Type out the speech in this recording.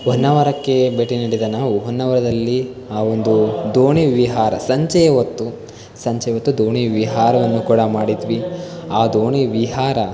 ಹೊನ್ನಾವರಕ್ಕೆ ಭೇಟಿ ನೀಡಿದ ನಾವು ಹೊನ್ನಾವರದಲ್ಲಿ ಆ ಒಂದು ದೋಣಿ ವಿಹಾರ ಸಂಜೆಯ ಹೊತ್ತು ಸಂಜೆ ಹೊತ್ತು ದೋಣಿ ವಿಹಾರವನ್ನು ಕೂಡ ಮಾಡಿದ್ವಿ ಆ ದೋಣಿ ವಿಹಾರ